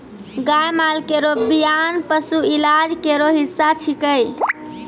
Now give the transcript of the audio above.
गाय माल केरो बियान पशु इलाज केरो हिस्सा छिकै